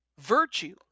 Virtue